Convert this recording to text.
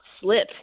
slip